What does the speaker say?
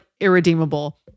irredeemable